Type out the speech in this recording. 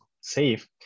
safe